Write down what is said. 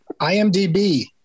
IMDB